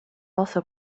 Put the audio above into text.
also